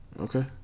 Okay